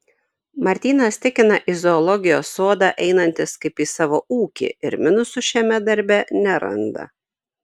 martynas tikina į zoologijos sodą einantis kaip į savo ūkį ir minusų šiame darbe neranda